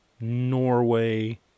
Norway